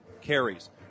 carries